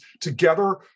together